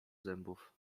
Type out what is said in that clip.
zębów